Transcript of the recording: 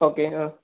okay ആ